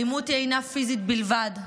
אלימות אינה פיזית בלבד.